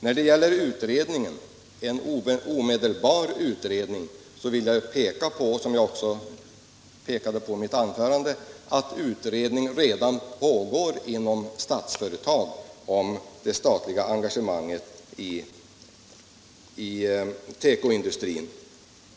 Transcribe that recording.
När det gäller utredningen — en omedelbar utredning — vill jag peka på, som jag också gjorde i mitt tidigare anförande, att utredning redan pågår inom Statsföretag om det statliga engagemanget i tekoindustrin.